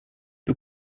peu